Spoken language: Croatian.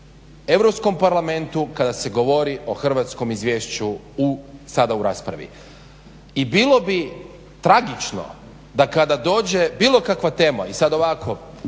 Europskom parlamentu kada se govori o hrvatskom izvješću sada u raspravi. I bilo bi tragično da kada dođe bilo kakva tema i sad ovako